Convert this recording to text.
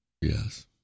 Yes